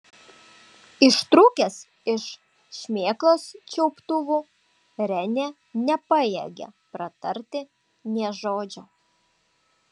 ištrūkęs iš šmėklos čiuptuvų renė nepajėgė pratarti nė žodžio